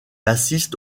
assiste